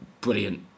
brilliant